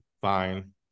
fine